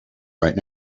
right